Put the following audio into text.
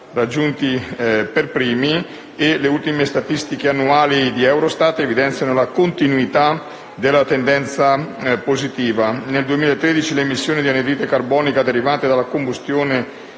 raggiunti per primi e le ultime statistiche annuali di Eurostat evidenziano la continuità della tendenza positiva: nel 2013 nell'Unione europea le emissioni di anidride carbonica derivate dalla combustione